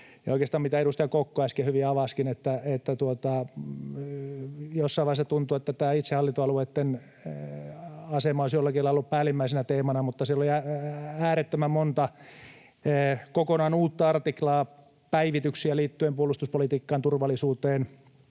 Oikeastaan, kuten edustaja Kokko äsken hyvin avasikin, jossain vaiheessa tuntui, että tämä itsehallintoalueitten asema olisi jollakin lailla ollut päällimmäisenä teemana, mutta siellä oli äärettömän monta kokonaan uutta artiklaa, päivityksiä liittyen puolustuspolitiikkaan, turvallisuuteen,